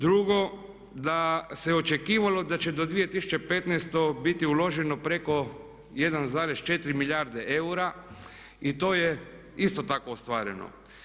Drugo da se očekivalo da će do 2015. biti uloženo preko 1,4 milijarde eura i to je isto tako ostvaren.